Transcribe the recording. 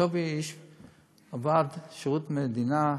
קובי עבד בשירות המדינה,